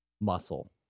muscle